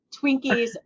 Twinkies